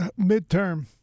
midterm